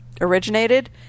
originated